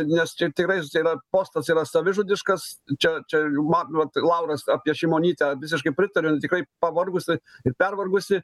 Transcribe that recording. nes čia tikrai čia yra postas yra savižudiškas čia čia man vat lauras apie šimonytę visiškai pritariu jin tikrai pavargusi ir pervargusi